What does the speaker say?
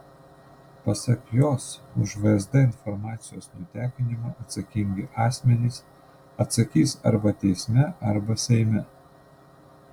pasak jos už vsd informacijos nutekinimą atsakingi asmenys atsakys arba teisme arba seime